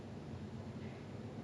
உரைக்கும் நல்லா:uraikkum nallaa